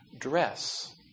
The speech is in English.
dress